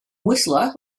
whistler